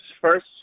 First